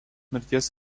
mirties